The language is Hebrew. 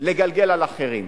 זה לגלגל על אחרים.